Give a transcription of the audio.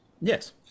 Yes